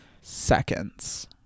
seconds